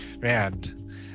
man